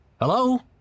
hello